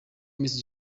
miss